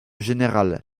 général